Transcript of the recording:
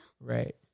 Right